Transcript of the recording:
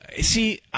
See